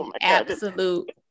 absolute